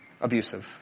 abusive